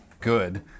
good